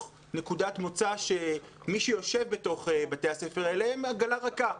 נקודת מוצא שמי שיושב בתוך בתי הספר האלה הם עגלה ריקה,